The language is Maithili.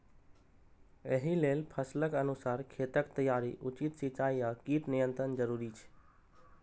एहि लेल फसलक अनुसार खेतक तैयारी, उचित सिंचाई आ कीट नियंत्रण जरूरी छै